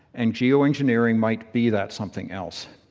and geoengineering might be that something else.